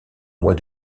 mois